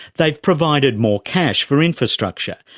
they've provided more cash for infrastructure,